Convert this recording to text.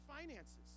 finances